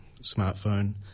smartphone